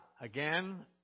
again